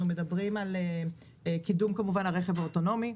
אנחנו מדברים על קידום הרכב האוטונומי,